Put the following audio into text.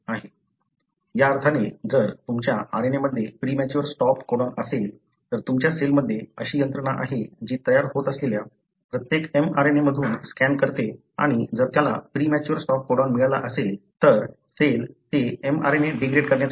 या अर्थाने जर तुमच्या mRNA मध्ये प्रीमॅच्युअर स्टॉप कोडॉन असेल तर तुमच्या सेलमध्ये अशी यंत्रणा आहे जी तयार होत असलेल्या प्रत्येक mRNA मधून स्कॅन करते आणि जर त्याला प्रीमॅच्युअर स्टॉप कोडॉन मिळाला असेल तर सेल ते mRNA डिग्रेड करण्याचा प्रयत्न करते